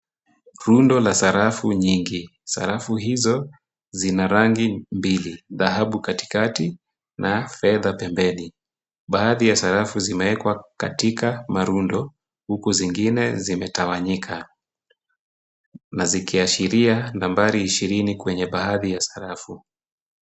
Rundo la sarafu nyingi. Sarafu hizo zina rangi mbili. Dhahabu katikati na fedha pembeni. Baadhi ya sarafu zimewekwa katika marundo huku zingine zimetawanyika na zikiashiria nambari ishirini kwenye baadhi ya sarafu.